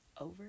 over